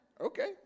Okay